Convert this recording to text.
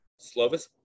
Slovis